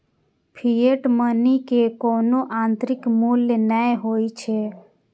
fiat money के कोनो आंतरिक मूल्य नै होइ छै